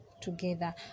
together